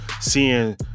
seeing